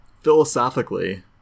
philosophically